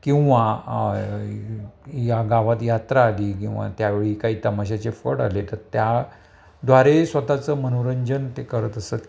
किंवा या गावात यात्रा आली किंवा त्यावेळी काही तमाशाचे फड आले तर त्याद्वारे स्वतःचं मनोरंजन ते करत असत